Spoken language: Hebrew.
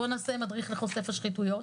בואו נמצא את המדריך לחושף השחיתויות.